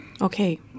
Okay